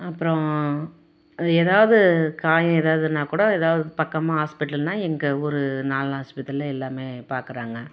அப்புறம் அது ஏதாவது காயம் எதாதுன்னாக்கூட ஏதாவது பக்கமாக ஹாஸ்பிட்டல்ன்னால் எங்கள் ஊர் நால்ணா ஆஸ்பத்திரியில் எல்லாமே பார்க்கறாங்க